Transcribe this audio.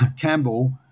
Campbell